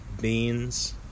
Beans